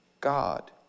God